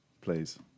please